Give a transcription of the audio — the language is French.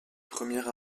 premier